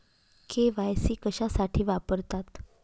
KYC कशासाठी वापरतात?